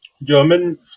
German